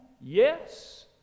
yes